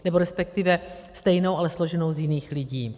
Nebo respektive stejnou, ale složenou z jiných lidí.